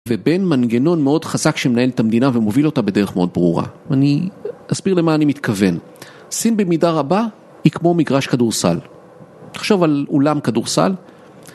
ובין מנגנון מאוד חזק שמנהל את המדינה ומוביל אותה בדרך מאוד ברורה. אני אסביר למה אני מתכוון. סין במידה רבה היא כמו מגרש כדורסל. תחשוב על אולם כדורסל.